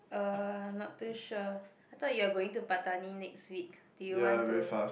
uh I'm not too sure I thought you're going to Pattani next week do you want to